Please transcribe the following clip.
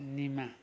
Nima